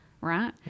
right